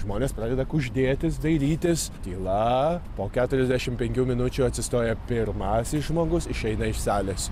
žmonės pradeda kuždėtis dairytis tyla po keturiasdešimt penkių minučių atsistoja pirmasis žmogus išeina iš salės